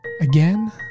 Again